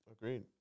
Agreed